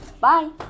Bye